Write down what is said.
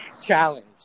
challenge